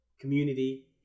community